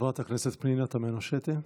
חברת הכנסת פנינה תמנו שטה.